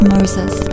Moses